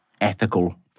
ethical